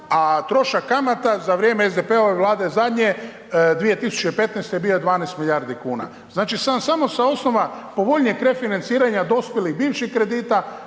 a trošak kamata za vrijeme SDP-ove Vlade zadnje 2015. je bio 12 milijardi kuna. Znači samo sa osnova povoljnijeg refinanciranja dospjelih bivših kredita